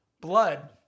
blood